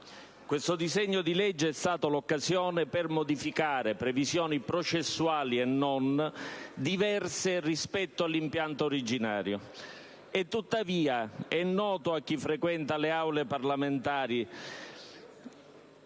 questo disegno di legge ha rappresentato l'occasione per modificare previsioni, processuali e non, diverse rispetto all'impianto originario. Tuttavia, è noto a chi frequenta le Aule parlamentari